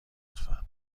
لطفا